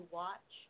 watch